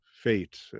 fate